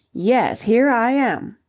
yes, here i am!